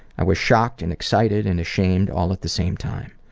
i was shocked and excited and ashamed all at the same time.